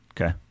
Okay